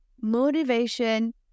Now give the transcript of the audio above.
Motivation